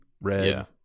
red